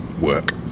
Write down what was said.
work